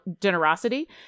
generosity